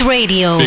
Radio